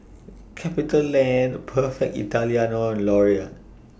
CapitaLand Perfect Italiano and Laurier